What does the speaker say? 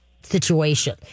situation